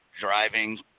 driving